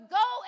go